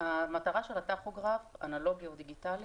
המטרה של הטכוגרף אנלוגי או דיגיטלי